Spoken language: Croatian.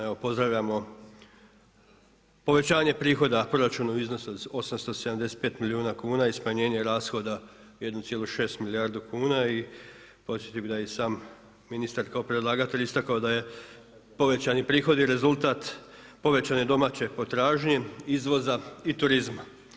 Evo pozdravljamo povećanje prihoda proračuna u iznosu od 875 milijuna kuna i smanjenje rashoda 1,6 milijardu kuna i podsjetio bih da je i sam ministar kao predlagatelj istakao da je povećani prihod i rezultat povećane domaće potražnje, izvoza i turizma.